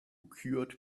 cured